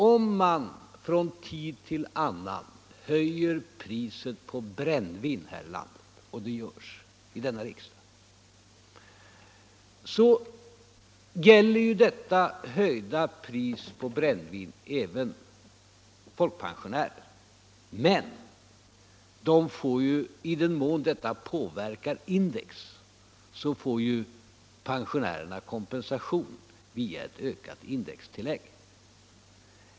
Om man från tid till annan höjer priset på brännvin här i landet — och det görs av denna riksdag — så gäller detta höjda pris på brännvin även för folkpensionärer. Men pensionärerna får — i den mån denna prishöjning påverkar index —- kompensation via ett ökat indextillägg.